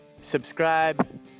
subscribe